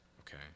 okay